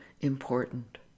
important